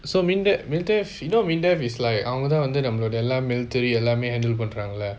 so MINDEF MINDEF you know MINDEF is like அவங்க தான் நம்மலொட எல்ல:avanga dhan nammaloda ella military எல்லமே:ellamae handle பன்ராங்கல:panrangala